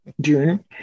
June